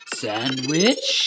sandwich